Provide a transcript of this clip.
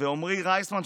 עמרי רייסמן,